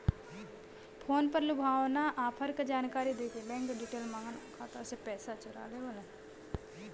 phone पर लुभावना offer क जानकारी देके बैंक डिटेल माँगन आउर खाता से पैसा चोरा लेवलन